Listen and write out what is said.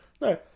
No